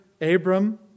Abram